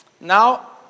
Now